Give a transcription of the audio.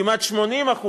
כמעט 80%,